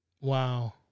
Wow